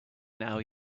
now